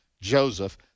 Joseph